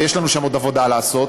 ויש לנו שם עוד עבודה לעשות,